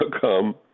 come